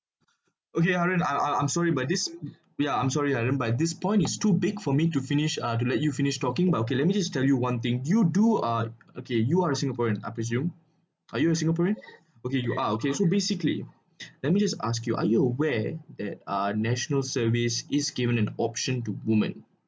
okay haren I I I'm sorry but this ya I'm sorry haren by this point is too big for me to finish uh to let you finish talking but okay let me just tell you one thing you do uh okay you are singaporean I presume are you a singaporean okay you are okay so basically let me just ask you are you aware that uh national service is given an option to woman